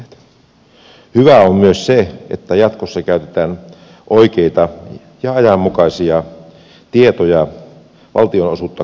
hyvää on myös se että jatkossa käytetään oikeita ja ajanmukaisia tietoja valtionosuutta kuntakohtaisesti laskettaessa